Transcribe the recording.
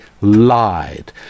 lied